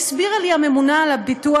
הסבירה לי הממונה על הביטוח,